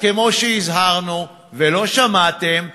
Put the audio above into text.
אז כמו שהזהרנו ולא שמעתם,